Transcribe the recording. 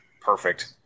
perfect